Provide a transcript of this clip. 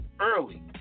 early